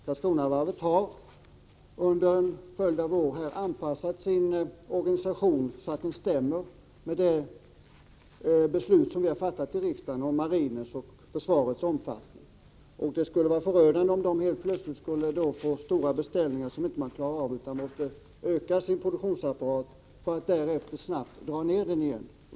Karlskronavarvet har under en följd av år anpassat sin organisation så att den stämmer med de beslut som vi har fattat i riksdagen om marinens och försvarets omfattning. Det skulle vara förödande om varvet helt plötsligt skulle få stora beställningar som man inte klarar av utan att öka sin produktionsapparat för att därefter snabbt dra ned den igen.